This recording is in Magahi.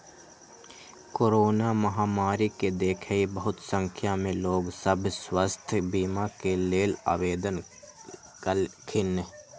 कोरोना महामारी के देखइते बहुते संख्या में लोग सभ स्वास्थ्य बीमा के लेल आवेदन कलखिन्ह